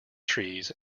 trees